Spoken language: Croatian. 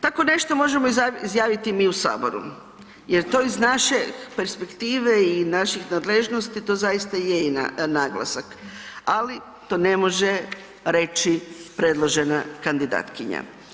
Tako nešto možemo izjaviti mi u saboru jer to iz naše perspektive i naših nadležnosti to zaista je i naglasak, ali to ne može reći predložena kandidatkinja.